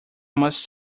must